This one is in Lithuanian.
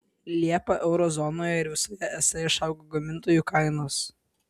liepą euro zonoje ir visoje es išaugo gamintojų kainos